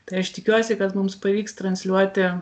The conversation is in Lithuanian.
tai aš tikiuosi kad mums pavyks transliuoti